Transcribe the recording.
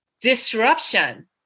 disruption